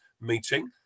meeting